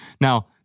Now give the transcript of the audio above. Now